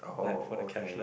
like for the cashless